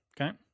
Okay